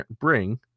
bring